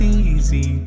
easy